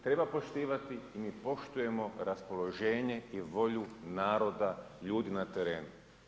Treba poštivati i mi poštujemo raspoloženje i volju naroda, ljudi na terenu.